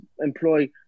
employ